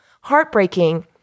heartbreaking